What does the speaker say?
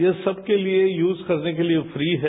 ये सबके लिए यूज करने के लिए फ्री है